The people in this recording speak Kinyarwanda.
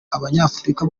abanyafurika